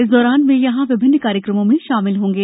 इस दौरान वे यहां दौरान विभिन्न कार्यक्रमों में शामिल होंगे